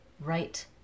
right